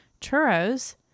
churros